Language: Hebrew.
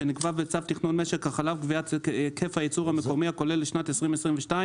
שנקבע בצו תכנון משק החלב (קביעת היקף הייצור המקומי הכולל לשנת 2022),